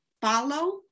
follow